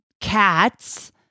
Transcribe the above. cats-